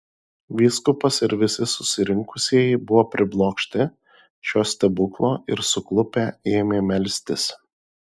vyskupas ir visi susirinkusieji buvo priblokšti šio stebuklo ir suklupę ėmė melstis